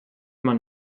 immer